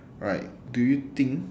right do you think